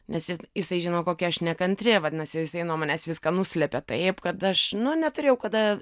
nes jisai žino kokia aš nekantri vadinasi jisai nuo manęs viską nuslėpė taip kad aš neturėjau kada